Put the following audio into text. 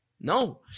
No